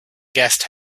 guest